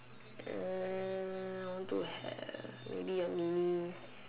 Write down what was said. uh I want to have maybe a mini